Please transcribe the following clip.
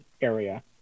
area